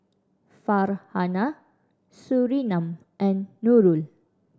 Farhanah Surinam and Nurul